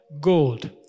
gold